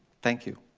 thank you.